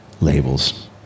Labels